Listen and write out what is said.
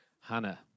Hannah